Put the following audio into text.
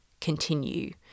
continue